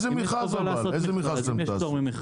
אם יש חובה לעשות מכרז, אם יש פטור ממכרז.